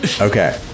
Okay